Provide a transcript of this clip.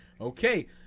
Okay